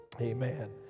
Amen